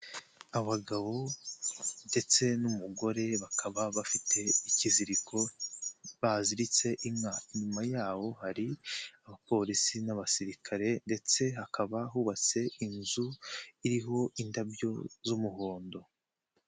Abagabo ndetse n'umugore bakaba bafite ikiziriko baziritse inka. Inyuma yaho hari Abapolisi n'Abasirikare ndetse hakaba hubatse inzu iriho indabyo z'umuhondo.